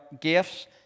gifts